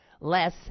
less